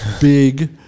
big